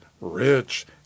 rich